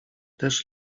też